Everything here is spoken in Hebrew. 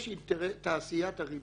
יש תעשיית הריביות.